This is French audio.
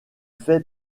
fait